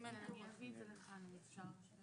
אני אביא את לכאן אם אפשר.